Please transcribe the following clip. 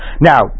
Now